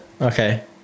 Okay